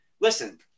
Listen